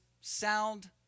sound